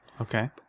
Okay